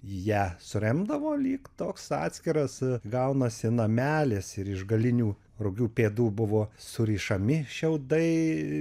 ją suremdavo lyg toks atskiras gaunasi namelis ir iš galinių rugių pėdų buvo surišami šiaudai